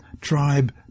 tribe